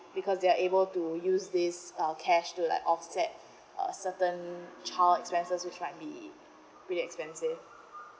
because they are able to use this uh cash to like offset uh certain child's expenses which might be really expensive